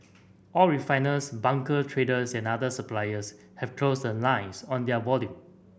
all refiners bunker traders and other suppliers have closed the lines on their volume